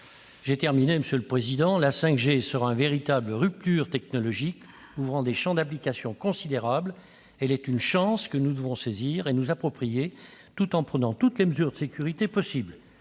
J'en termine, monsieur le président. La 5G sera une véritable rupture technologique, ouvrant des champs d'application considérables. Elle est une chance que nous devrons saisir et nous approprier, tout en prenant toutes les mesures possibles